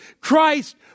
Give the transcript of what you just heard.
Christ